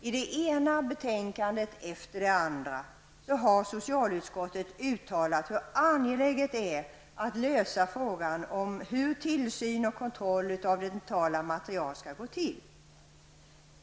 I det ena betänkandet efter det andra har socialutskottet uttalat hur angeläget det är att lösa frågan om hur tillsyn och kontroll av dentala material skall gå till.